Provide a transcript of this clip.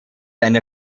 eine